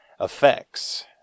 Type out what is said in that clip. effects